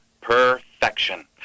Perfection